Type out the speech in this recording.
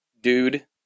dude